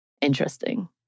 interesting